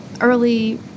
early